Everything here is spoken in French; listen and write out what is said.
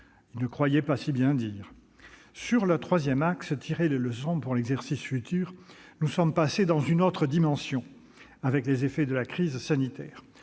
Il ne croyait pas si bien dire ... S'agissant, enfin, des leçons à tirer pour l'exercice futur -, nous sommes passés dans une autre dimension avec les effets de la crise sanitaire.